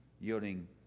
yielding